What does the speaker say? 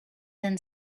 then